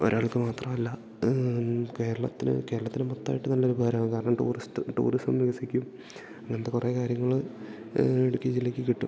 ഒരാൾക്ക് മാത്രല്ല കേരളത്തിന് കേരളത്തില് മൊത്തമായിട്ട് നല്ലൊരുപകാരാവും കാരണം ടൂറിസ്റ്റ് ടൂറിസം വികസിക്കും അങ്ങനത്തെ കുറെ കാര്യങ്ങള് ഇടുക്കി ജില്ലക്ക് കിട്ടും